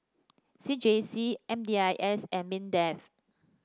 C J C M D I S and Mindef